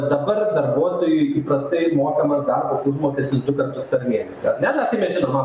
dabar darbuotojui įprastai mokamas darbo užmokestis du kartus per mėnesį ar ne na tai mes žinoma